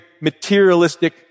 materialistic